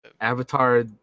Avatar